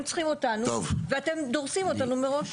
הם צריכים אותנו ואתם דורסים אותנו מראש.